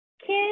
kids